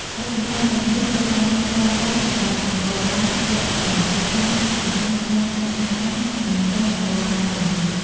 ឯកសណ្ឋានទាំងនេះត្រូវបានប្រើប្រាស់សម្រាប់នគរបាលរដ្ឋបាល នៅតាមបណ្តាស្នងការដ្ឋាន និងប៉ុស្តិ៍នគរបាលនានា។